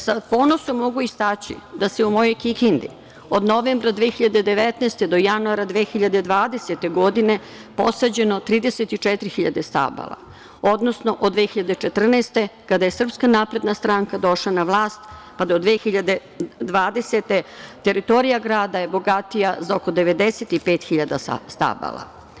Sa ponosom mogu istaći da je u mojoj Kikindi od novembra 2019. do januara 2020. godine posađeno 34 hiljade stabala, odnosno od 2014. godina kad je Srpska napredna stranka došla na vlast, pa do 2020. godine, teritorija grada je bogatija za oko 95.000 stabala.